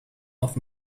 auf